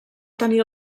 tenir